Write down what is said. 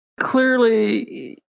clearly